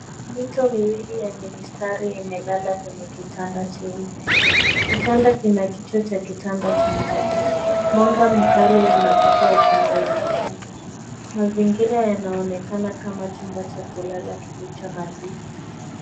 Mito miwili yenye mistari imelala kwenye kitanda cheupe. Kitanda kina kichwa cha kitanda cha mbao. Mwanga mkali unatoka upande wa kushoto, mazingira yanaonekana kama chumba cha kulala kilicho nadhifu.